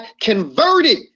converted